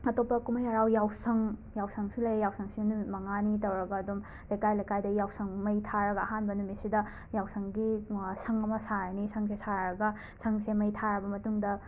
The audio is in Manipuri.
ꯑꯇꯣꯞꯄ ꯀꯨꯝꯍꯩ ꯍꯔꯥꯎ ꯌꯥꯎꯁꯪ ꯌꯥꯎꯁꯪꯁꯨ ꯂꯩ ꯌꯥꯎꯁꯪꯁꯤꯅ ꯅꯨꯃꯤꯠ ꯃꯉꯥꯅꯤ ꯇꯧꯔꯒ ꯑꯗꯨꯝ ꯂꯩꯀꯥꯏ ꯂꯩꯀꯥꯏꯗ ꯌꯥꯎꯁꯪ ꯃꯩ ꯊꯥꯔꯒ ꯑꯍꯥꯟꯕ ꯅꯨꯃꯤꯠꯁꯤꯗ ꯌꯥꯎꯁꯪꯒꯤ ꯁꯪ ꯑꯃ ꯁꯥꯔꯅꯤ ꯁꯪꯁꯦ ꯁꯥꯔꯒ ꯁꯪꯁꯦ ꯃꯩ ꯊꯥꯔꯕ ꯃꯇꯨꯡꯗ